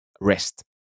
rest